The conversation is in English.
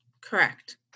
Correct